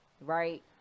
right